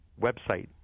website